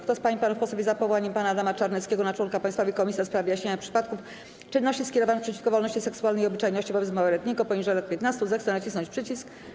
Kto z pań i panów posłów jest za powołaniem pana Adama Czarneckiego na członka Państwowej Komisji do spraw wyjaśniania przypadków czynności skierowanych przeciwko wolności seksualnej i obyczajności wobec małoletniego poniżej lat 15, zechce nacisnąć przycisk.